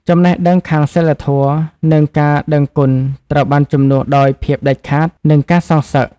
ចំណេះដឹងខាងសីលធម៌ និងការដឹងគុណត្រូវបានជំនួសដោយភាពដាច់ខាត និងការសងសឹក។